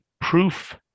proof